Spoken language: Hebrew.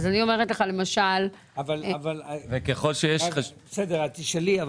אז אני אומרת לך למשל --- בסדר, את תשאלי.